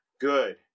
good